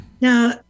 Now